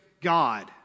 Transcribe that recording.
God